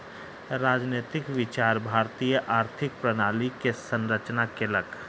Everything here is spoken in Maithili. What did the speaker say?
राजनैतिक विचार भारतीय आर्थिक प्रणाली के संरचना केलक